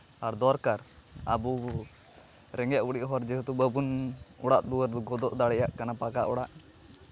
ᱟᱨ ᱫᱚᱨᱠᱟᱨ ᱟᱵᱚ ᱨᱮᱸᱜᱮᱡ ᱚᱨᱮᱡ ᱦᱚᱲ ᱡᱮᱦᱮᱛᱩ ᱵᱟᱵᱚᱱ ᱚᱲᱟᱜ ᱫᱩᱣᱟᱹᱨ ᱜᱚᱫᱚᱜ ᱫᱟᱲᱮᱭᱟᱜ ᱠᱟᱱᱟ ᱯᱟᱠᱟ ᱚᱲᱟᱜ